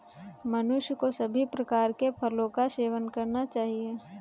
मनुष्य को सभी प्रकार के फलों का सेवन करना चाहिए